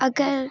اگر